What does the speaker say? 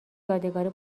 یادگاری